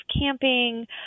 camping